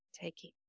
Taking